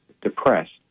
depressed